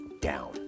down